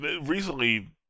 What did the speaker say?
recently